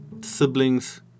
siblings